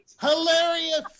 Hilarious